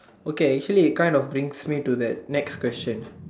okay actually it kind of brings me to the next question